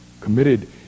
committed